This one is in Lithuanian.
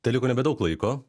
teliko nebedaug laiko